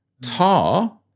Tar